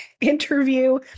interview